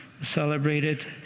celebrated